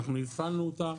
אנחנו הפעלנו אותה